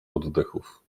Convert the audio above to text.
oddechów